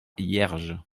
hierges